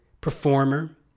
performer